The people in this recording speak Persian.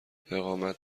اقامت